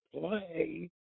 play